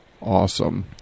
Awesome